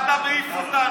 מה אתה מעיף אותנו?